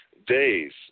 days